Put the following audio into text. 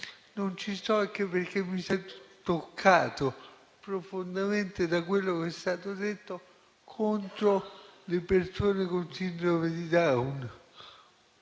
Non ci sto, anche perché mi sento toccato profondamente da quello che è stato detto contro le persone con sindrome di Down.